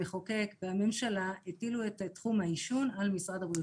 המחוקק והממשלה הטילו את תחום העישון על משרד הבריאות,